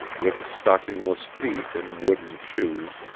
with stockingless feet in wooden shoes,